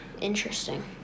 Interesting